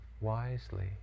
wisely